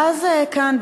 ואז כאן,